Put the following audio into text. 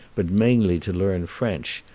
but mainly to learn french,